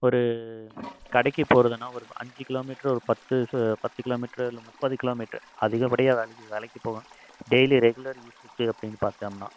ஒரு கடைக்கு போகிறதுனா ஒரு அஞ்சு கிலோமீட்ரு ஒரு பத்து சு பத்து கிலோமீட்ரு இல்ல முப்பது கிலோமீட்டர் அதிகப்படியாக வேலைக்கு வேலைக்கு போவேன் டெய்லி ரெகுலர் யூஸுக்கு அப்படின்னு பார்த்துட்டம்னா